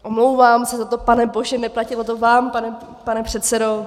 Omlouvám se za to panebože, neplatilo to vám, pane předsedo.